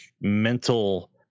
mental